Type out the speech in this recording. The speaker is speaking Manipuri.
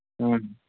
ꯎꯝ